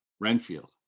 Renfield